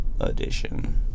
edition